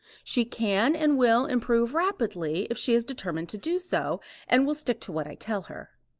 she can and will improve rapidly if she is determined to do so and will stick to what i tell her.